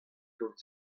gant